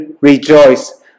rejoice